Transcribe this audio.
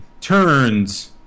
turns